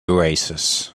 oasis